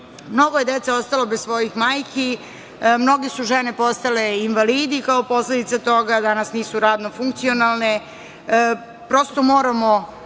Mnogo je dece ostalo bez svojih majki, mnoge su žene postale invalidi i kao posledica toga danas nisu radno funkcionalne. Prosto, moramo